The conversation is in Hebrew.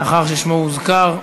מאחר ששמו הוזכר.